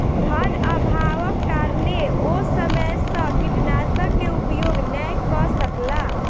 धनअभावक कारणेँ ओ समय सॅ कीटनाशक के उपयोग नै कअ सकला